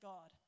God